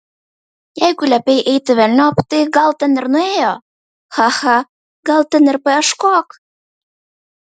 jeigu liepei eiti velniop tai gal ten ir nuėjo cha cha gal ten ir paieškok